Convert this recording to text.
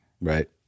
Right